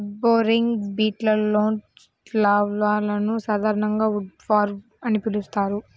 wood boring బీటిల్స్లో లార్వాలను సాధారణంగా ఉడ్వార్మ్ అని పిలుస్తారు